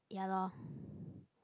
ya lor